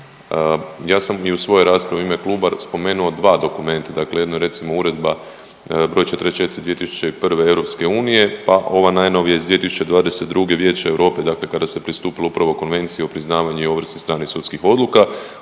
Ja sam i u svojoj raspravi u ime kluba spomenuo dva dokumenta, dakle jedno je recimo Uredba broj 44/2001 Europske unije pa ova najnovija iz 2022. Vijeće Europe, dakle kada se pristupilo upravo Konvenciji o priznavanju i ovrsi stranih sudskih odluka